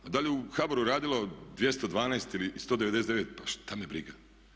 A da li je u HBOR-u radilo 212 ili 199 pa šta me briga.